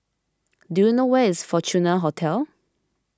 do you know where is Fortuna Hotel